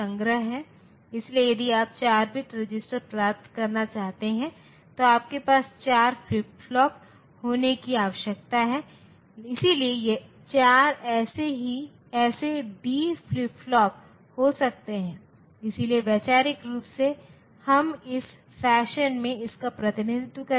इसलिए यदि आप 4 बिट रजिस्टर प्राप्त करना चाहते हैं तो आपके पास 4 फ्लिप फ्लॉप होने की आवश्यकता है इसलिए 4 ऐसे डी फ्लिप फ्लॉप हो सकते हैं इसलिए वैचारिक रूप से हम इस फैशन में इसका प्रतिनिधित्व करेंगे